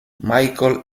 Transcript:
michael